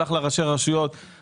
הלך לראשי רשויות,